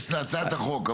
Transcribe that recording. תתייחס להצעת החוק.